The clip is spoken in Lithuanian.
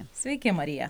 sveiki marija